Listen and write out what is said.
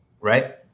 right